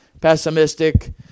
pessimistic